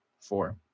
four